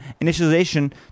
initialization